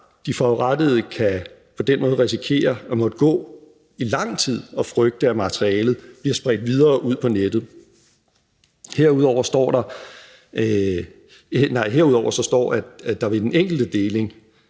De forurettede kan på den måde risikere at måtte gå i lang tid og frygte, at materialet bliver spredt videre ud på nettet. Herudover står der så, at der ved den enkelte deling,